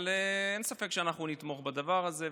אבל אין ספק שאנחנו נתמוך בדבר הזה,